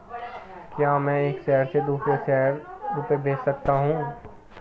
क्या मैं एक शहर से दूसरे शहर रुपये भेज सकती हूँ?